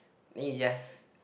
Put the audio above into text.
then you just